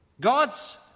God's